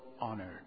honored